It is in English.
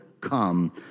come